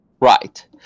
Right